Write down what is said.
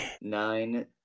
Nine